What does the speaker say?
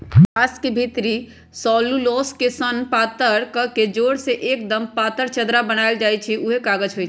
गाछ के भितरी सेल्यूलोस के सन पातर कके जोर के एक्दम पातर चदरा बनाएल जाइ छइ उहे कागज होइ छइ